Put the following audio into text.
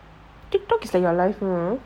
tiktok is like your life now ah